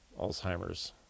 Alzheimer's